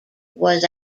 was